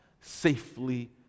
safely